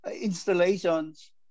installations